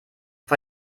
vor